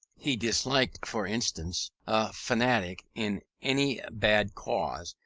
he disliked, for instance, a fanatic in any bad cause,